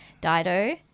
Dido